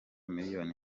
miliyoni